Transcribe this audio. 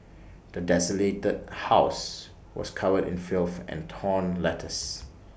the desolated house was covered in filth and torn letters